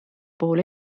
puhul